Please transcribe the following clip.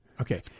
Okay